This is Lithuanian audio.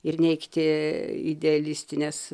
ir neigti idealistines